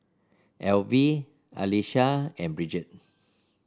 Alvie Alysa and Bridget